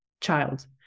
Child